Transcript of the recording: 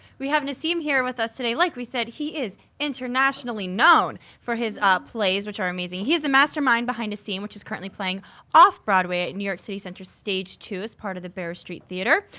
we have nassim here with us today, like we said, he is internationally known for his ah plays, which are amazing. he's the mastermind behind nassim, which is currently playing off broadway in new york city center stage two as part of the barrow street theater.